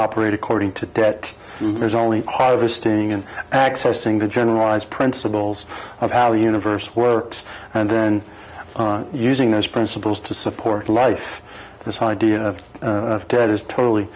operate according to that there's only harvesting and accessing the generalized principles of how universe works and then on using those principles to support life this idea of ted is totally